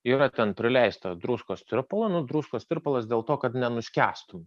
yra ten prileista druskos tirpalo nu druskos tirpalas dėl to kad nenuskęstum